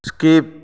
skip